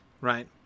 right